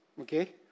Okay